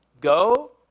Go